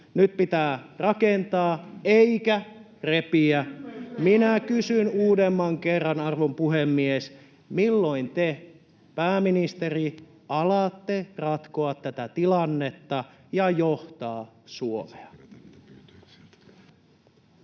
Nyt pitää rakentaa eikä repiä. Minä kysyn uudemman kerran, arvon puhemies: milloin te, pääministeri, alatte ratkoa tätä tilannetta ja johtaa Suomea?